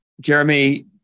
Jeremy